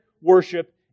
worship